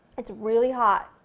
it's really hot.